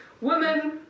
Woman